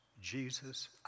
Jesus